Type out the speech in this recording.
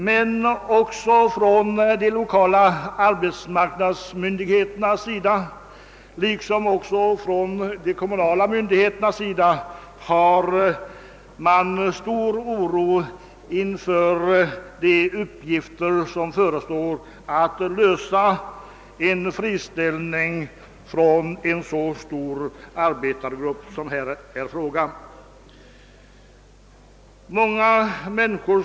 Men också från de lokala arbetsmarknadsmyndigheternas och de kommunala myndigheternas sida hyser man stor oro inför de uppgifter som skall lösas. Friställandet av en så stor arbetargrupp som det här är fråga om medför givetvis problem.